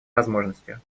возможностью